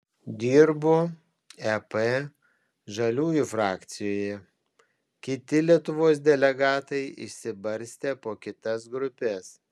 dirbu ep žaliųjų frakcijoje kiti lietuvos delegatai išsibarstę po kitas grupes